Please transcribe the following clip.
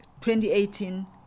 2018